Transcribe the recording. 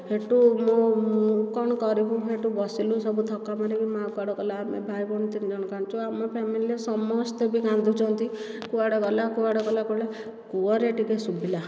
ସେଠୁ ମୁଁ ମୁଁ କଣ କରିବି ସେଠୁ ବସିଲୁ ସବୁ ଥକା ମାରିକି ମାଆ କୁଆଡ଼େ ଗଲା ଆମେ ଭାଇ ଭଉଣୀ ତିନିଜଣ କାନ୍ଦୁଛୁ ଆମ ଫେମିଲିରେ ସମସ୍ତେ କାନ୍ଦୁଛନ୍ତି କୁଆଡ଼େ ଗଲା କୁଆଡ଼େ ଗଲା କୂଅରେ ଟିକେ ଶୁଭିଲା